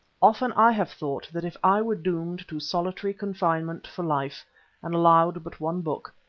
often i have thought that if i were doomed to solitary confinement for life and allowed but one book,